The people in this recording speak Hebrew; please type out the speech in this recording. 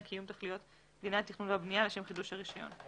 קיום תכליות דיני התכנון והבנייה לשם חידוש הרישיון.